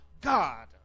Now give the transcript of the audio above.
God